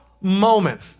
moment